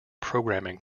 programming